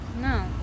No